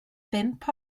bump